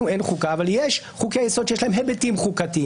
לנו עוד אין חוקה אבל יש חוקי יסוד שיש להם היבטים חוקתיים